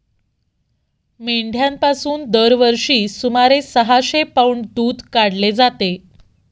मेंढ्यांपासून दरवर्षी सुमारे सहाशे पौंड दूध काढले जाते